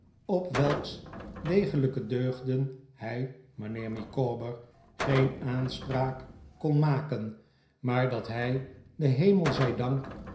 op welks degelijke deugden hij mijnheer micawber geen aanspraak kon maken maar dat hij den hemel zij dank